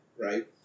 right